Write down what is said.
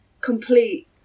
complete